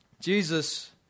Jesus